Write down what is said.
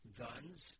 guns